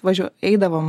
važiuo eidavom